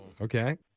Okay